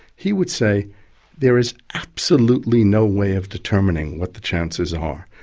he would say there is absolutely no way of determining what the chances are,